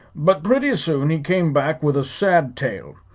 but pretty soon he came back with a sad tale.